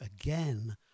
again